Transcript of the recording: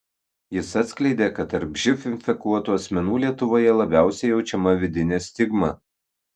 jis atskleidė kad tarp živ infekuotų asmenų lietuvoje labiausiai jaučiama vidinė stigma